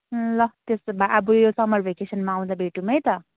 ल त्यस्तो भए अब यो समर भ्याकेसनमा आउँदा भेटौँ है त